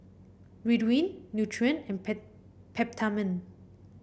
Ridwind Nutren and Peptamen